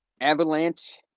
avalanche